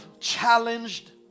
challenged